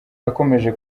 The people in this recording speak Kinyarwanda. akomeje